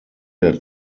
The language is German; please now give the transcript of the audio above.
der